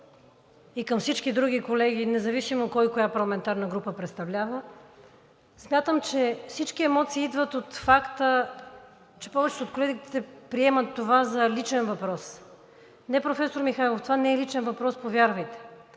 и към всички други колеги, независимо кой коя парламентарна група представлява, смятам, че всички емоции идват от факта, че повечето от колегите приемат това за личен въпрос. Не, професор Михайлов, това не е личен въпрос, повярвайте.